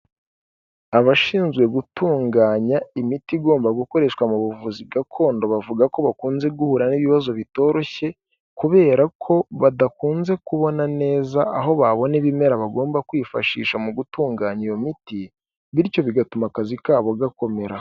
Abashinzwe gutunganya imiti igomba gukoreshwa mu buvuzi gakondo bavuga ko bakunze guhura n'ibibazo bitoroshye, kubera ko badakunze kubona neza aho babona ibimera bagomba kwifashisha mu gutunganya iyo miti, bityo bigatuma akazi kabo gakomera.